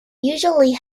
usually